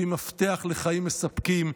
שהיא מפתח לחיים מספקים,